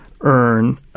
earn